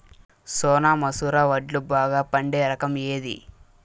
సోనా మసూర వడ్లు బాగా పండే రకం ఏది